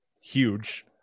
huge